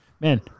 Man